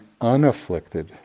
unafflicted